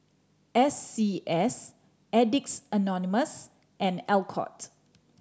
S C S Addicts Anonymous and Alcott